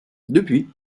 depuis